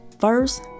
first